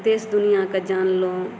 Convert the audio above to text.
देश दुनिआके जानलहुँ